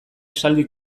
esaldi